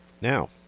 Now